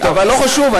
אבל לא חשוב,